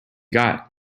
got